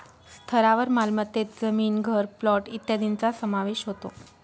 स्थावर मालमत्तेत जमीन, घर, प्लॉट इत्यादींचा समावेश होतो